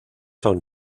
son